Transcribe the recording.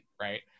right